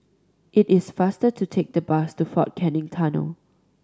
it is faster to take the bus to Fort Canning Tunnel